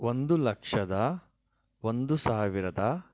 ಒಂದು ಲಕ್ಷದ ಒಂದು ಸಾವಿರದ